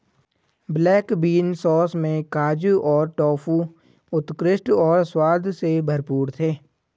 black bean sauce में काजू और टोफू उत्कृष्ट और स्वाद से भरपूर थे